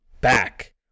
back